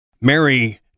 Mary